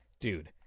dude